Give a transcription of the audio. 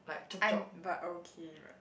I'm but okay but